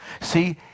See